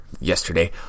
yesterday